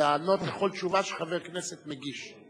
לא לענות על כל שאלה שחבר כנסת מגיש.